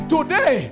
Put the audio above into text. Today